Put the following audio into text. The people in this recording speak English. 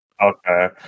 Okay